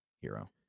hero